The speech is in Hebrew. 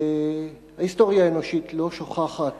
וההיסטוריה האנושית לא שוכחת